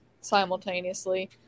simultaneously